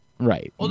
Right